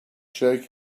shake